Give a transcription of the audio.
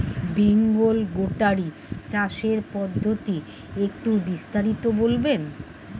Bengal goatery চাষের পদ্ধতি একটু বিস্তারিত বলবেন?